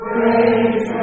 Praise